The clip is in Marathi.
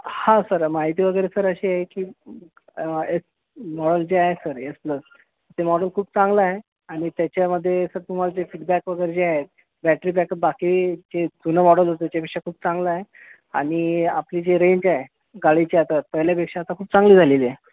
हा सर माहिती वगैरे सर अशी आहे की एस मॉडल जे आहे सर एस प्लस ते मॉडल खूप चांगलं आहे आणि त्याच्यामध्ये सर तुम्हाला ते फीडबॅक वगैरे जे आहे बॅटरी बॅकअप बाकी जे जुनं मॉडल होतं त्याच्यापेक्षा खूप चांगलं आहे आणि आपली जी रेंज आहे गाडीची आता पहिल्यापेक्षा आता खूप चांगली झाली आहे